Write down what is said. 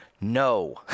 No